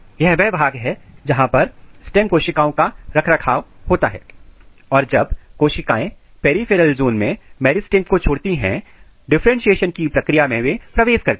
यह वह भाग है जहां पर स्टेम कोशिकाएं का रखरखाव होता है और जब कोशिकाएं पेरीफेरल जोन में मेरिस्टेम को छोड़ती हैं डिफरेंटशिएशन की प्रक्रिया में प्रवेश करती हैं